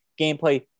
Gameplay